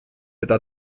eta